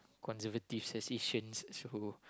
conservative as Asians who